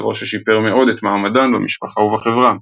דבר ששיפר מאוד את מעמדן במשפחה ובחברה.